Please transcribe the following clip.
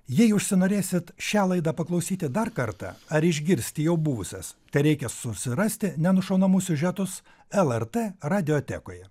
jei užsinorėsit šią laidą paklausyti dar kartą ar išgirsti jau buvusias tereikia susirasti nenušaunamus siužetus lrt radiotekoje